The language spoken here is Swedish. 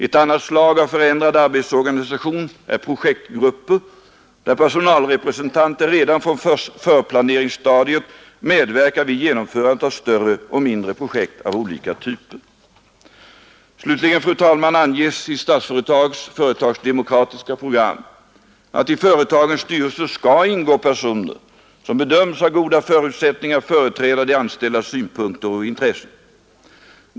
Ett annat slag av förändrad arbetsorganisation är projektgrupper där personalrepresentanter redan från förplaneringsstadiet medverkar vid genomförandet av större och mindre projekt av olika typer. Slutligen, fru talman, anges det i Statsföretags företagsdemokratiska program att i företagens styrelser skall ingå personer, som bedöms ha goda förutsättningar att företräda de anställdas synpunkter och intressen.